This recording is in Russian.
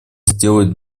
сделать